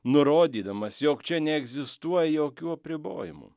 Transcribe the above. nurodydamas jog čia neegzistuoja jokių apribojimų